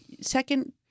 Second